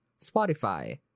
Spotify